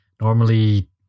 Normally